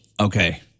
Okay